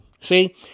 See